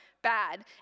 Bad